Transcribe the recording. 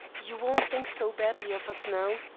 you won't think so badly of us now?